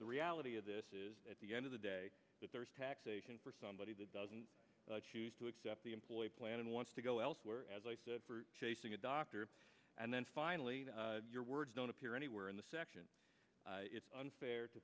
the reality of this is at the end of the day if there's taxation for somebody that doesn't choose to accept the employee plan and wants to go elsewhere as chasing a doctor and then finally your words don't appear anywhere in the section it's unfair to